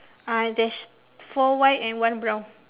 uh there's four white and one brown